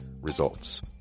Results